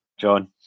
John